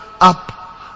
up